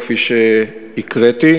כפי שהקראתי,